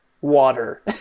water